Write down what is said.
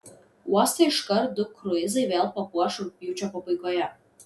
uostą iškart du kruizai vėl papuoš rugpjūčio pabaigoje